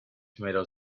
tomato